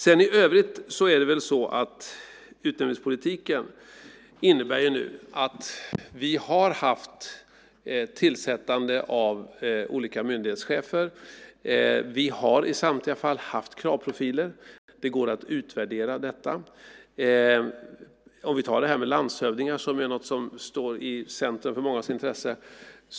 I övrigt innebär utnämningspolitiken att vi har haft ett tillsättande av olika myndighetschefer. Vi har i samtliga fall haft kravprofiler. Det går att utvärdera detta. Utnämningen av landshövdingar står i centrum för mångas intresse.